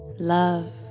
Love